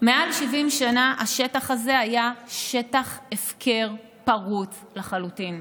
מעל 70 שנה השטח הזה היה שטח הפקר פרוץ לחלוטין.